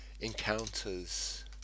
encounters